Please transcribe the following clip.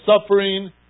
suffering